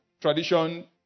tradition